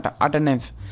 attendance